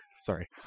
sorry